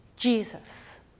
Jesus